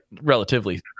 relatively